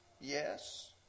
Yes